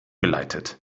geleitet